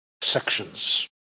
sections